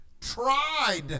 tried